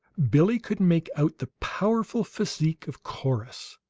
billie could make out the powerful physique of corrus,